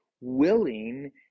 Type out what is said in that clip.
willing